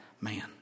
man